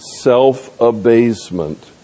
Self-abasement